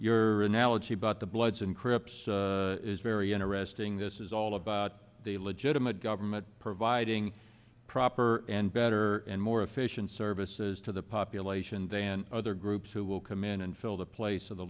your analogy about the bloods and crips is very interesting this is all about a legitimate government providing proper and better and more efficient services to the population than other groups who will come in and fill the place of the